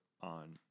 on